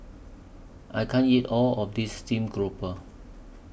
I can't eat All of This Steamed Grouper